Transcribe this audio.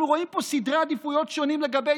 אנחנו רואים פה סדרי עדיפויות שונים לגבי